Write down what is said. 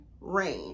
rain